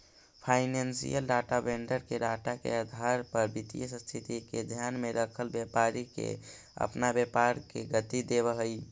financial data vendor के data के आधार पर वित्तीय स्थिति के ध्यान में रखल व्यापारी के अपना व्यापार के गति देवऽ हई